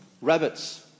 rabbits